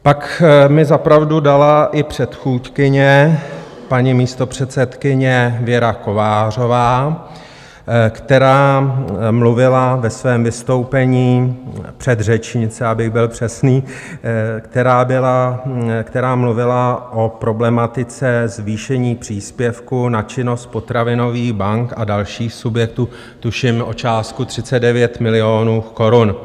Pak mi za pravdu dala i předchůdkyně, paní místopředsedkyně Věra Kovářová, která mluvila ve svém vystoupení předřečnice, abych byl přesný která mluvila o problematice zvýšení příspěvku na činnost potravinových bank a dalších subjektů, tuším o částku 39 milionů korun.